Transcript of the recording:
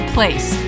Place